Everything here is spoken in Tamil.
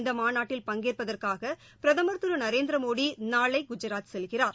இந்த மாநாட்டில் பங்கேற்பதற்காக பிரதமர் திரு நரேந்திர மோடி நாளை குஜராத் செல்கிறார்